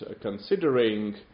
considering